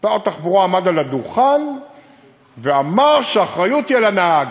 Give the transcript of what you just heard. שר התחבורה עמד על הדוכן ואמר שהאחריות היא על הנהג,